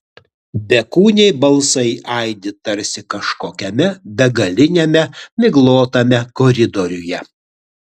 bekūniai balsai aidi tarsi kažkokiame begaliniame miglotame koridoriuje